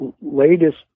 latest